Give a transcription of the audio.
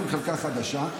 כשעושים חלקה חדשה,